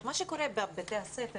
מה שקורה בבתי הספר